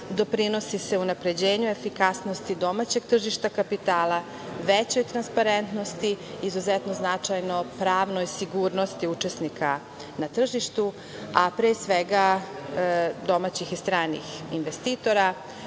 doprinosi se unapređenju efikasnosti domaćeg tržišta kapitala, većoj transparentnosti, izuzetno značajnoj pravnoj sigurnosti učesnika na tržištu, a pre svega domaćih i stranih investitora.